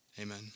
Amen